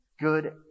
good